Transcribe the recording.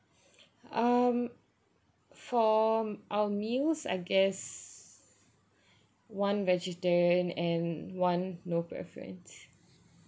um for our meals I guess one vegetarian and one no preference